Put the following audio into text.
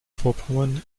vorpommern